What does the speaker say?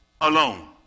alone